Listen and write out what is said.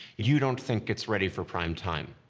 you don't think it's ready for primetime.